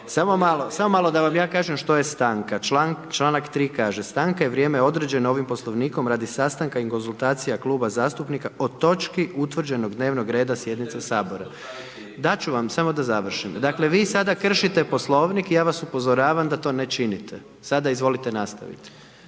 Samo malo, da vam ja kažem što je stanka, članak 3 kaže, stanka je vrijeme određen ovim poslovnikom radi sastanka i konzultaciji kluba zastupnika o točki utvrđenog dnevnog reda sjednice Sabora. Dati ću vam, samo da završim, dakle, vi sada kršite poslovnik i ja vas upozoravam da to ne činite, sada izvolite nastaviti.